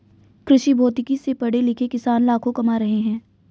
कृषिभौतिकी से पढ़े लिखे किसान लाखों कमा रहे हैं